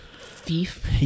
Thief